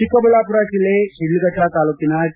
ಚಿಕ್ಕಬಳ್ಳಾಮರ ಜಿಲ್ಲೆ ಶಿಡ್ಲಘಟ್ಟ ತಾಲೂಕಿನ ಕೆ